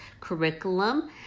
curriculum